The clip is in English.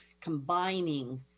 combining